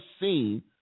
seen